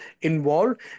involved